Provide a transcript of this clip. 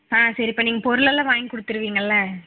ஆ சரிப்ப நீங்கள் பொருளெல்லாம் வாங்கி கொடுத்துருவிங்கல்ல